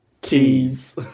Keys